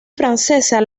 francesa